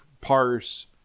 parse